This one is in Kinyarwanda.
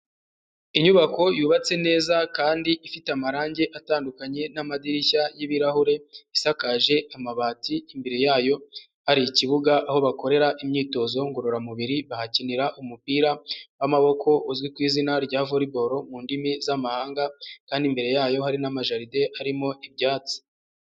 Inyubako yubatse neza kandi ifite amarange atandukanye n'amadirishya y'ibirahure, isakaje amabati, imbere yayo hari ikibuga aho bakorera imyitozo ngororamubiri, bahakinira umupira w'amaboko uzwi ku izina rya voriborol mu ndimi z'amahanga kandi imbere yayo hari n'amajaride arimo ibyatsi.